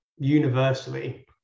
universally